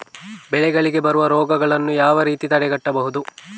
ಬೆಳೆಗಳಿಗೆ ಬರುವ ರೋಗಗಳನ್ನು ಯಾವ ರೀತಿಯಲ್ಲಿ ತಡೆಗಟ್ಟಬಹುದು?